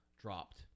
Dropped